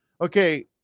okay